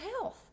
health